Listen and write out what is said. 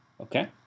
okay